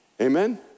Amen